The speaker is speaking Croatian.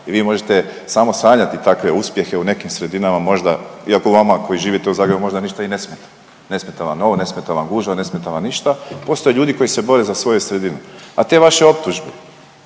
I vi možete samo sanjati takve uspjehe u nekim sredinama možda. Iako vama koji živite u Zagrebu možda ništa i ne smeta. Ne smeta vam ovo, ne smeta vam gužva, ne smeta vam ništa. Postoje ljudi koji se bore za svoju sredinu. A te vaše optužbe